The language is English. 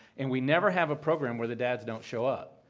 and we never have a program where the dads don't show up.